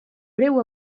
breu